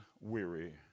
weary